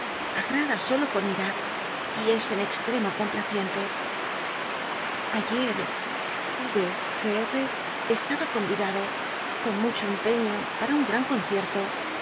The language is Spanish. agrada solo con mirar y es en extremo complaciente ayer y gr estaba contidado con mucho empeño para un gran concierto